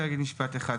אפשר להגיד משפט אחד?